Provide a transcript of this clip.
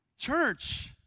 Church